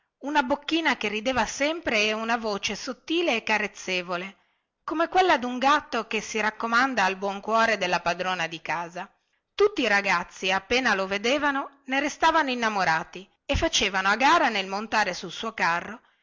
una bocchina che rideva sempre e una voce sottile e carezzevole come quella dun gatto che si raccomanda al buon cuore della padrona di casa tutti i ragazzi appena lo vedevano ne restavano innamorati e facevano a gara nel montare sul suo carro